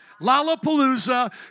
Lollapalooza